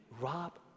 rob